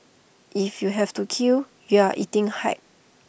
if you have to queue you are eating hype